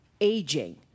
Aging